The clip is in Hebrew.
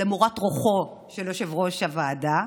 למורת רוחו של יושב-ראש הוועדה,